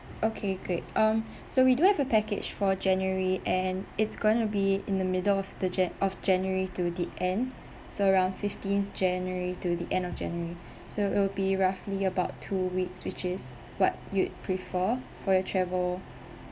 okay great um so we do have a package for january and it's going to be in the middle of the jan~ of january to the end so around fifteenth january to the end of january so it will be roughly about two weeks which is what you'd prefer for your travel